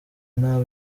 nta